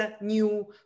new